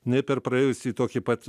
nei per praėjusį tokį pat